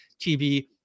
TV